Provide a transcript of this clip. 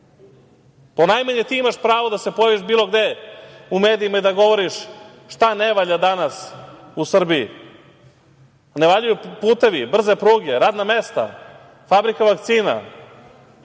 Ponajmanje ti imaš pravo da se pojaviš bilo gde u medijima i da govoriš šta ne valja danas u Srbiji. Ne valjaju putevi, brze pruge, radna mesta, fabrika vakcina,